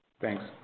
Thanks